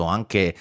anche